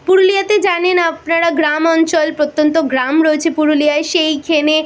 পুরুলিয়াতে জানেন আপনারা গ্রাম অঞ্চল প্রত্যন্ত গ্রাম রয়েছে পুরুলিয়ায় সেইখানে